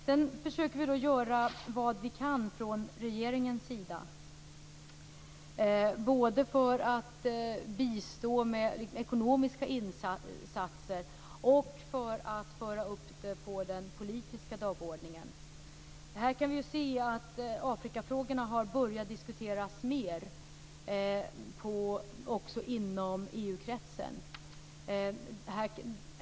Vi försöker från regeringens sida att göra vad vi kan både för att bistå med ekonomiska insatser och för att föra upp frågan på den politiska dagordningen. Här kan vi se att Afrikafrågorna har börjat diskuteras mer också inom EU-kretsen.